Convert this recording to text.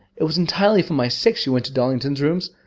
it was entirely for my sake she went to darlington's rooms.